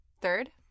Third